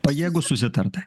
pajėgūs susitart